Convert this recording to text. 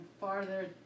farther